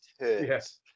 Yes